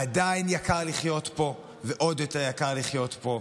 עדיין יקר לחיות פה, ועוד יותר יקר לחיות פה.